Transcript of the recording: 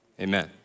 amen